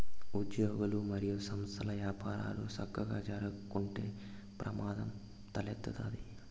ఉజ్యోగులు, మరియు సంస్థల్ల యపారాలు సక్కగా జరక్కుంటే ప్రమాదం తలెత్తతాది